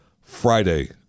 Friday